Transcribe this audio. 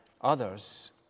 others